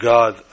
God